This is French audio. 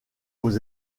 aux